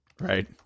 right